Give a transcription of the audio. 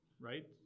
right